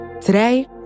Today